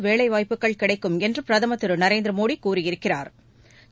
வேலைவாய்ப்புகள் கிடைக்கும் என்று பிரதமா் திரு நரேந்திர மோடி கூறியிருக்கிறாா்